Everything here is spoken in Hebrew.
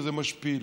שזה משפיל.